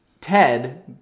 Ted